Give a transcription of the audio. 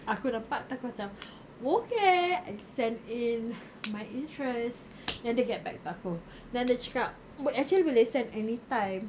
aku nampak tapi aku macam okay I sent in my interest then dia get back to aku then dia cakap but actually boleh send anytime